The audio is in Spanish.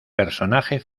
personaje